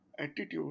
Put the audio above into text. attitude